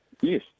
Yes